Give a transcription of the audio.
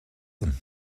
them